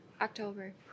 October